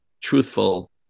truthful